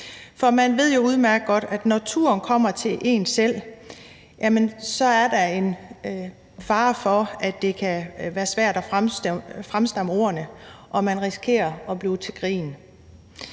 For man ved jo udmærket godt, at når turen kommer til en selv, så er der en fare for, at det kan være svært at fremstamme ordene, og man risikerer at blive til grin.